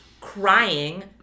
crying